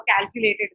calculated